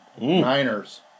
Niners